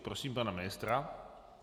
Prosím pana ministra.